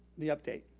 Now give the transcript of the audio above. the update.